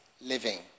Living